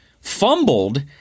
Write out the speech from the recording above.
fumbled